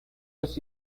los